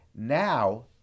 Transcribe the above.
Now